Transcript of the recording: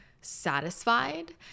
satisfied